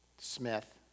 Smith